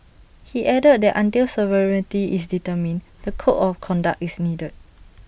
he added that until sovereignty is determined the code of conduct is needed